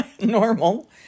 normal